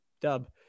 dub